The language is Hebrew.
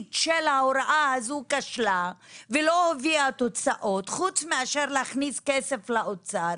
של ההוראה הזו כשלה ולא הביאה תוצאות חוץ מאשר להכניס כסף לאוצר,